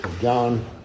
John